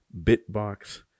Bitbox